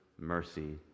mercy